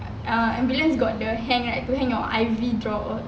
ah ambulance got the hang right to hang your I_V drop or